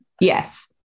yes